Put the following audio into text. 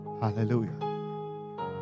Hallelujah